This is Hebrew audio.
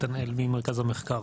נתנאל ממרכז המחקר